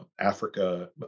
Africa